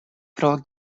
pro